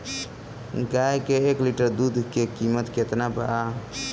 गाय के एक लिटर दूध के कीमत केतना बा?